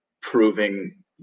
proving